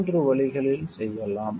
3 வழிகளில் செய்யலாம்